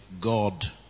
God